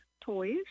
toys